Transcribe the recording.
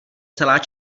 celá